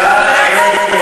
ואנחנו שותקים, השרה רגב.